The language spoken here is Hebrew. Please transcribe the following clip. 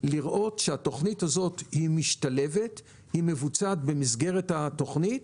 לראות שהתוכנית הזאת משתלבת ומבוצעת במסגרת התוכנית.